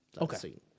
Okay